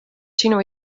sinu